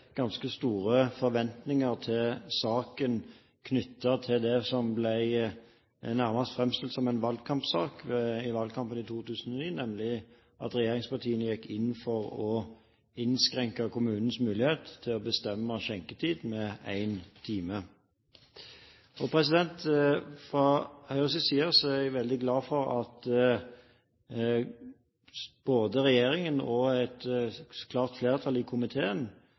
ganske store forventninger til saken knyttet til det som nærmest ble framstilt som en valgkampsak i valgkampen i 2009, nemlig at regjeringspartiene gikk inn for å innskrenke kommunens mulighet til å bestemme skjenketid med en time. Fra Høyres side er jeg veldig glad for at både regjeringen og et klart flertall i komiteen